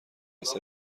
است